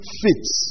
fits